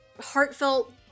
heartfelt